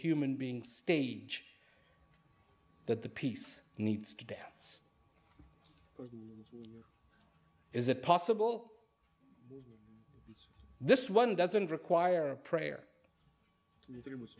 human being stage that the piece needs to dance is it possible this one doesn't require a prayer